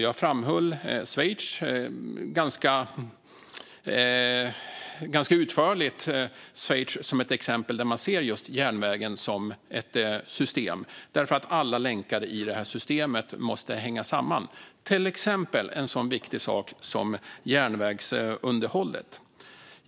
Jag framhöll Schweiz, ganska utförligt, som ett exempel på ett land där man ser järnvägen som ett system. Alla länkar i det systemet måste nämligen hänga samman, till exempel en sådan viktig sak som järnvägsunderhållet.